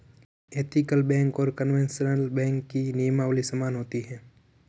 ethical bank और conventional bank की नियमावली समान होती है